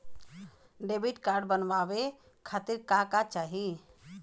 Debit card बनवावे खातिर का का चाही?